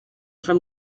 from